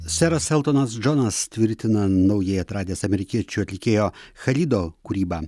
seras eltonas džonas tvirtina naujai atradęs amerikiečių atlikėjo charido kūrybą